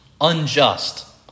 unjust